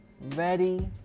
ready